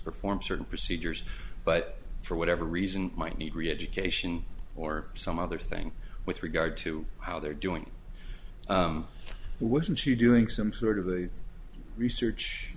perform certain procedures but for whatever reason might need reeducation or some other thing with regard to how they're doing wasn't she doing some sort of a research